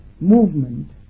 movement